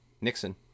Nixon